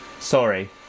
Sorry